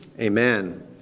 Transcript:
Amen